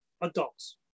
adults